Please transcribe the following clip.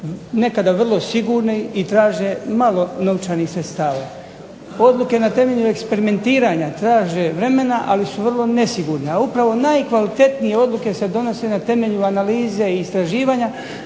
nekada vrlo sigurne i traže malo novčanih sredstava. Odluke na temelju eksperimentiranja traže vremena ali su vrlo nesigurne. A upravo najkvalitetnije odluke se donose na temelju analize i istraživanja